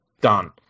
Done